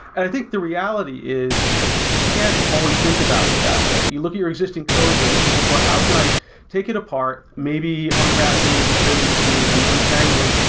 i think the reality is you can't always think about it that way. you look at your existing code base and think, well, how can i take it apart, maybe unwrap some of the dependencies and untangle them,